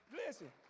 listen